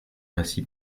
ainsi